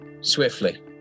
Swiftly